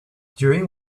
during